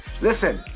Listen